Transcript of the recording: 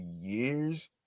years